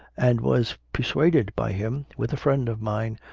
and was persuaded by him, with a friend of mine,